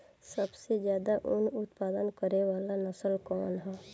सबसे ज्यादा उन उत्पादन करे वाला नस्ल कवन ह?